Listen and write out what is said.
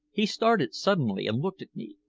he started suddenly and looked at me.